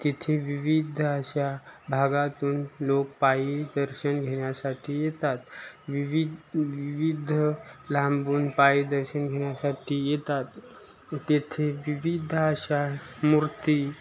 तिथे विविध अशा भागातून लोक पायी दर्शन घेण्यासाठी येतात विविध विविध लांबून पाय दर्शन घेण्यासाठी येतात तेथे विविध अशा मूर्ती